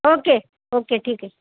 okay okay ठीक आहे